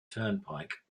turnpike